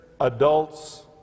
adults